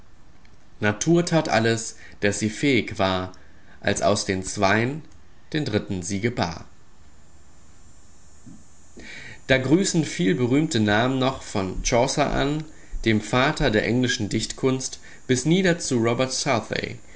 natur tat alles des sie fähig war als aus den zwei'n den dritten sie gebar da grüßen vielberühmte namen noch von chaucer an dem vater der englischen dichtkunst bis nieder zu robert